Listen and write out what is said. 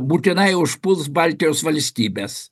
būtinai užpuls baltijos valstybes